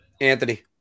Anthony